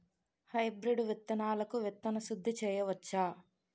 Hybrid విత్తనాలకు విత్తన శుద్ది చేయవచ్చ?